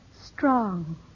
Strong